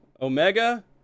Omega